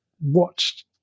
watched